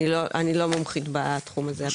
אני לא מומחית בתחום הזה.